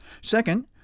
Second